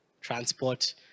transport